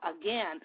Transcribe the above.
again